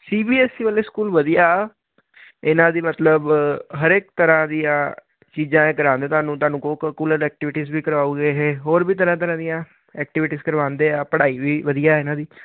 ਸੀ B S E ਵਾਲੇ school ਵਧੀਆ ਇਹਨਾਂ ਦੀ ਮਤਲਬ ਹਰੇਕ ਤਰ੍ਹਾਂ ਦੀਆਂ ਚੀਜ਼ਾਂ ਇਹ ਕਰਾਦੇ ਤੁਹਾਨੂੰ ਕੂਲ ਐਕਟੀਵਿਟੀਜ਼ ਵੀ ਕਰਾਉਗੇ ਇਹ ਹੋਰ ਵੀ ਤਰ੍ਹਾਂ ਤਰ੍ਹਾਂ ਦੀਆਂ ਐਕਟੀਵਿਟੀਜ ਕਰਵਾਉਂਦੇ ਆ ਪੜ੍ਹਾਈ ਵੀ ਵਧੀਆ ਆ ਇਹਨਾਂ ਦੀ